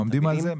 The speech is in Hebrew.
אתם עובדים על זה?